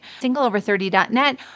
singleover30.net